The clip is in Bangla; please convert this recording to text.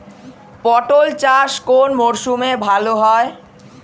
পটল চাষ কোন মরশুমে ভাল হয়?